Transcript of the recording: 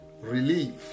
relief